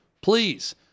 Please